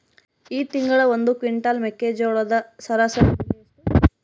ಈ ತಿಂಗಳ ಒಂದು ಕ್ವಿಂಟಾಲ್ ಮೆಕ್ಕೆಜೋಳದ ಸರಾಸರಿ ಬೆಲೆ ಎಷ್ಟು?